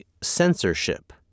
censorship